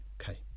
Okay